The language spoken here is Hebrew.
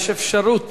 יש אפשרות